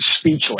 speechless